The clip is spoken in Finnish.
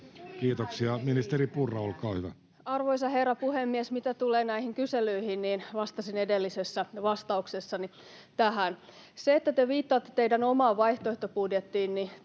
Kiitoksia. — Ministeri Purra, olkaa hyvä. Arvoisa herra puhemies! Mitä tulee näihin kyselyihin, niin vastasin edellisessä vastauksessani tähän. Se, että te viittaatte teidän omaan vaihtoehtobudjettiinne,